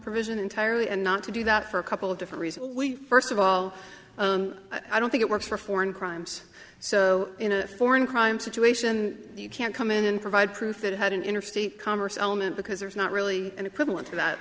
provision entirely and not to do that for a couple of different reasons first of all i don't think it works for foreign crimes so in a foreign crime situation you can't come in and provide proof that had an interstate commerce element because there's not really an equivalent to that